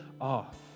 off